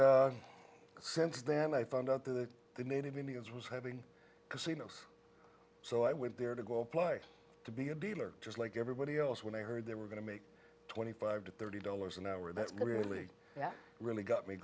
since then i found out that the native indians was having casinos so i went there to go play to be a dealer just like everybody else when i heard they were going to make twenty five to thirty dollars an hour that's going to really really got me